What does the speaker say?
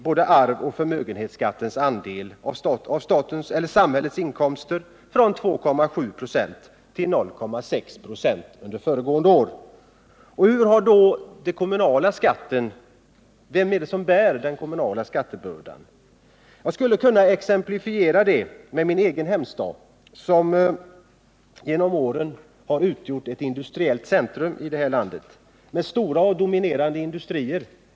Både arvoch förmögenhetsskattens andel av samhällets inkomster har naturligtvis samtidigt minskat — från 2,7 96 till 0,6 96. Vem är det som bär den kommunala skattebördan? Jag skulle kunna svara på den frågan med ett exempel från min egen hemstad, som genom åren har utgjort ett industriellt centrum i det här landet med stora och dominerande industrier.